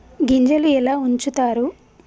గింజలు ఎలా ఉంచుతారు?